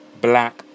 black